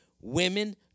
women